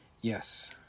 Yes